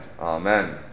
Amen